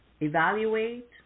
evaluate